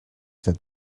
that